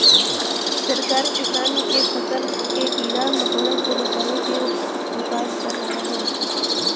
सरकार किसान के फसल के कीड़ा मकोड़ा से बचावे के उपाय बतावलन